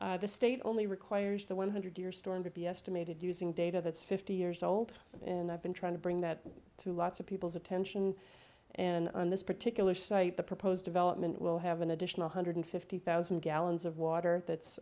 storm the state only requires the one hundred year storm to be estimated using data that's fifty years old in i've been trying to bring that to lots of people's attention and on this particular site the proposed development will have an additional one hundred fifty thousand gallons of water that's